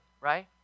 right